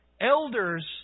Elders